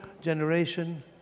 generation